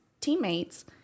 teammates